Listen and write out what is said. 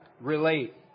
relate